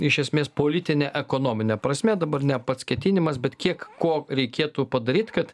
iš esmės politine ekonomine prasme dabar ne pats ketinimas bet kiek ko reikėtų padaryt kad